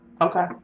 Okay